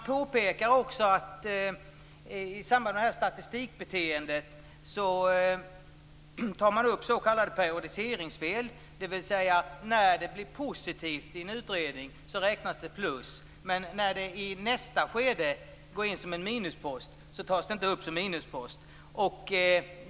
I samband med statistikbeteendet tar man upp s.k. periodiseringsfel. När det blir positivt i en utredning räknas det nämligen som plus. Men när det i nästa skede går in som en minuspost tas det inte upp som en minuspost.